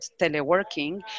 teleworking